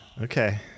Okay